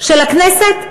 של הכנסת,